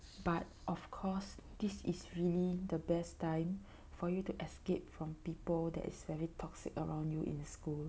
but of course this is really the best time for you to escape from people that is very toxic around you in school